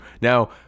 Now